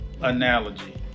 analogy